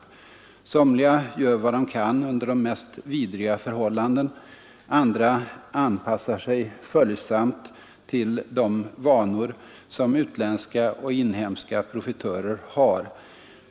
Somliga gör vad de kan under de mest vidriga förhållanden. Andra anpassar sig följsamt till de vanor som utländska och inhemska profitörer har.